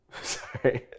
Sorry